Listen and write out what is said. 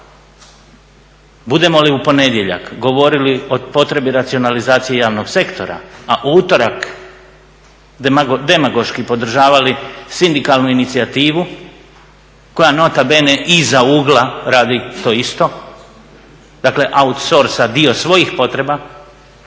Budemo li u ponedjeljak govorili o potrebi racionalizacije javnog sektora a u utorak demagoški podržavali sindikalnu inicijativu koja nota bene iza ugla radi to isto, dakle outsourca dio svojih potreba,